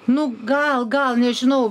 nu gal gal nežinau